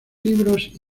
libros